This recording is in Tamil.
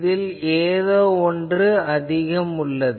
இதில் ஏதோவொன்று அதிகம் உள்ளது